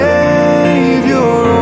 Savior